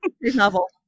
novel